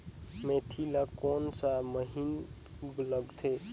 मेंथी ला कोन सा महीन लगथे?